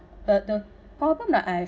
but the problem that I've